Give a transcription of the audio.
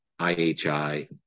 IHI